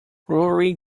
rory